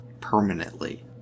permanently